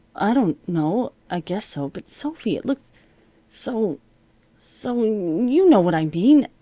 i don't know. i guess so. but, sophy, it looks so so you know what i mean.